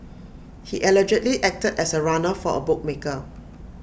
he allegedly acted as A runner for A bookmaker